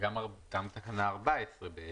וגם תקנה 14 בעצם,